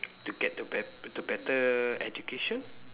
to get the bet~ the better education